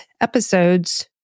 episodes